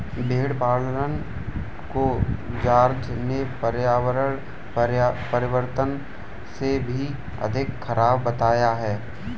भेड़ पालन को जॉर्ज ने पर्यावरण परिवर्तन से भी अधिक खराब बताया है